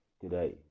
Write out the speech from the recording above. today